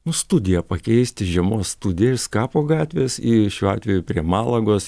nu studiją pakeisti žiemos studiją iš skapo gatvės į šiuo atveju prie malagos